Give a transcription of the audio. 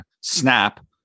Snap